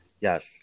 Yes